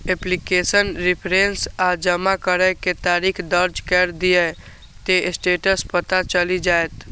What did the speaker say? application reference आ जमा करै के तारीख दर्ज कैर दियौ, ते स्टेटस पता चलि जाएत